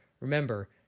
remember